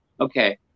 okay